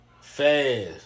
Fast